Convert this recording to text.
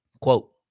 Quote